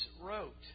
wrote